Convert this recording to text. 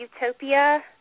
Utopia